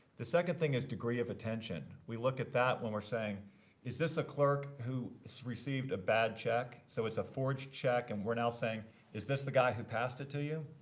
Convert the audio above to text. the second thing is degree of attention. we look at that when we're saying is this a clerk who received a bad check? so it's a forged check, and we're now saying is this the guy who passed it to you?